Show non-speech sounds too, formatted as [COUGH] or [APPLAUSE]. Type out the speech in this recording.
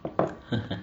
[LAUGHS]